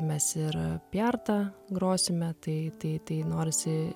mes ir piartą grosime tai tai tai norisi